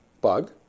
bug